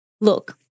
Look